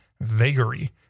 vagary